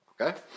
okay